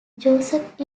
joseph